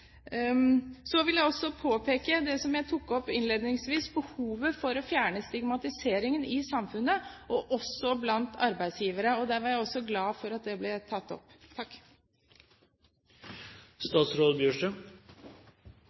Så vil jeg også påpeke det jeg tok opp innledningsvis, behovet for å fjerne stigmatiseringen i samfunnet, også blant arbeidsgivere. Jeg er også glad for at det ble tatt opp.